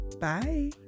bye